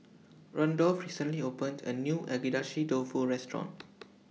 Randolf recently opened A New Agedashi Dofu Restaurant